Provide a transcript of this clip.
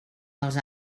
dels